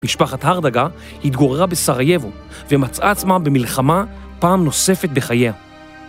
משפחת הרדגה התגוררה בסרייבו ומצאה עצמה במלחמה פעם נוספת בחייה.